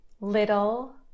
little